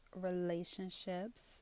relationships